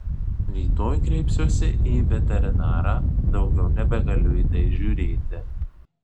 rytoj kreipsiuosi į veterinarą daugiau nebegaliu į tai žiūrėti